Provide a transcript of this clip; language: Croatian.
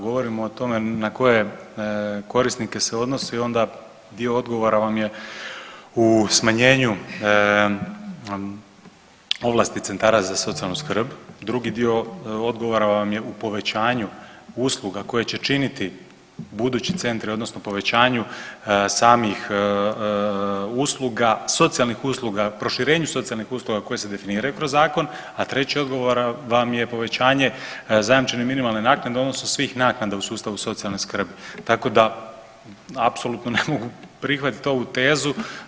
Govorim o tome na koje korisnike se odnose i onda dio odgovora vam je u smanjenju ovlasti centara za socijalnu skrb, drugi dio odgovora vam je u povećanju usluga koje će činiti budući centri odnosno povećanju samih usluga socijalnih usluga, proširenju socijalnih usluga koje se definiraju kroz zakon, a 3. odgovor vam je povećanje zajamčene minimalne naknade u odnosu svih naknada u sustavu socijalne skrbi, tako da, apsolutno ne mogu prihvatiti ovu tezu.